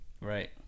Right